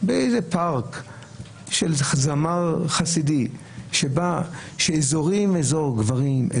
באיזה פארק של זמר חסידי עם אזור גברים,